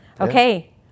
Okay